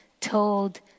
told